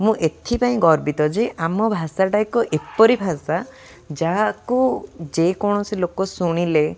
ମୁଁ ଏଥିପାଇଁ ଗର୍ବିତ ଯେ ଆମ ଭାଷାଟା ଏକ ଏପରି ଭାଷା ଯାହାକୁ ଯେକୌଣସି ଲୋକ ଶୁଣିଲେ